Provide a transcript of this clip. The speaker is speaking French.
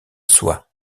soie